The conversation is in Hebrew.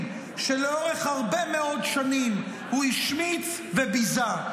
שלאורך הרבה מאוד שנים הוא השמיץ וביזה.